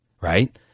right